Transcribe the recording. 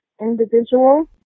individual